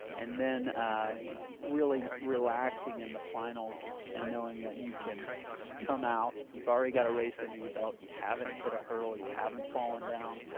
and then really relaxing in the finals and knowing that you can come out. you've already got a race under your belt. you haven't hit a hurdle. you haven't fallen down.